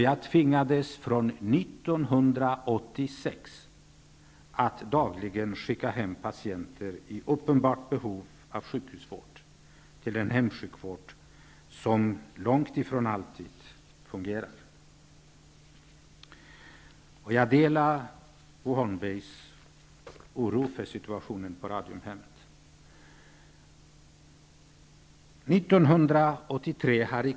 Jag tvingades från 1986 att dagligen skicka hem patienter i uppenbart behov av sjukhusvård, till en hemsjukvård som långtifrån alltid fungerade. Jag delar Bo Holmbergs oro för situationen på Radiumhemmet.